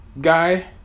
guy